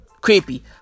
creepy